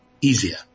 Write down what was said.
easier